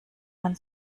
man